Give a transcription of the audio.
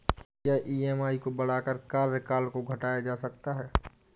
क्या ई.एम.आई को बढ़ाकर कार्यकाल को घटाया जा सकता है?